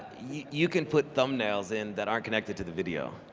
you can put thumbnails in, that aren't connected to the video.